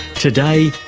today,